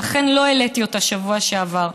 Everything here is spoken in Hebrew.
ולכן לא העליתי אותה בשבוע שעבר,